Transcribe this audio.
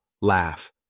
laugh